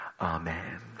Amen